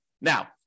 Now